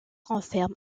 renferme